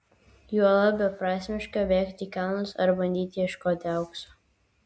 juolab beprasmiška bėgti į kalnus ar bandyti ieškoti aukso